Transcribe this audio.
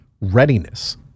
Readiness